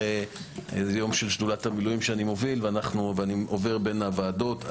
זה יום של שדולת המילואים שאני מוביל ואני עובר בין הוועדות.